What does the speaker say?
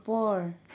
ওপৰ